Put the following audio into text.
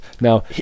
now